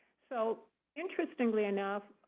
so interestingly enough,